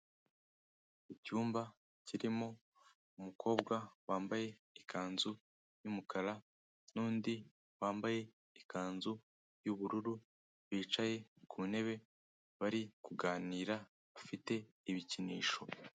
Icyumba kirimo umukobwa wambaye ikanzu y'umukara n'undi wambaye ikanzu y'ubururu, bicaye ku ntebe bari kuganira ufite ibikinisho.